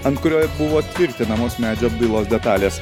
ant kurio ir buvo tvirtinamos medžio apdailos detalės